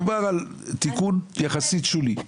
מדובר על תיקון יחסית שולי.